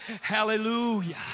Hallelujah